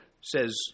says